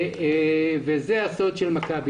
זה הסוד של מכבי.